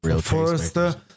first